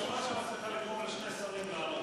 את הראשונה שמצליחה לגרום לשני שרים לענות לך.